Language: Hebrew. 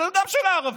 גם זה של הערבים.